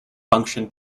function